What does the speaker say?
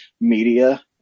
media